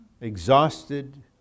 exhausted